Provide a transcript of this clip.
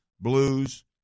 blues